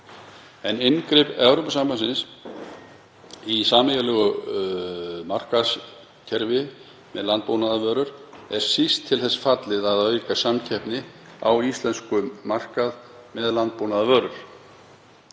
en inngrip Evrópusambandsins í sameiginlegt markaðskerfi með landbúnaðarvörur er síst til þess fallið að auka samkeppni á íslenskum markaði með landbúnaðarvörur.